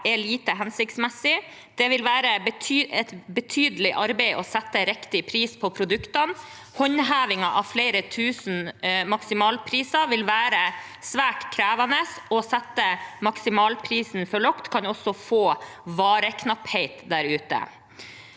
er lite hensiktsmessig. Det vil være et betydelig arbeid å sette riktig pris på produktene. Håndhevingen av flere tusen maksimalpriser vil være svært krevende. Å sette maksimalprisen for lavt kan også gi vareknapphet der ute.